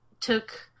took